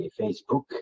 Facebook